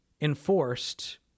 enforced